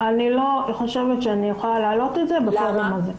אני לא חושבת שאני יכולה להעלות את זה בפורום הזה.